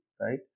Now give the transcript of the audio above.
right